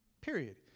Period